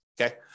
okay